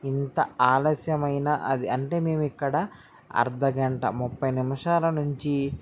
ఇంత ఆలస్యమైనా అది అంటే మేమిక్కడ అర్థగంట ముప్పై నిమిషాల నుంచి